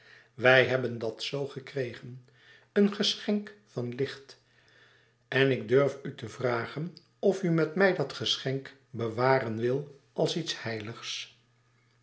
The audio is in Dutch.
wij hebben dat zoo gekregen een geschenk van licht en ik durf u te vragen of u met mij dat geschenk bewaren wil als iets heiligs